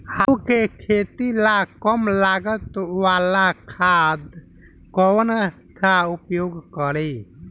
आलू के खेती ला कम लागत वाला खाद कौन सा उपयोग करी?